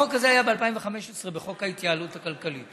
החוק הזה היה ב-2015 בחוק ההתייעלות הכלכלית.